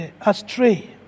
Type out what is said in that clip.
astray